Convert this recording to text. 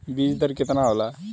बीज दर केतना होला?